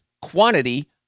quantity